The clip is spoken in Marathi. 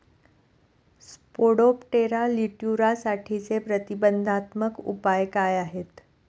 स्पोडोप्टेरा लिट्युरासाठीचे प्रतिबंधात्मक उपाय काय आहेत?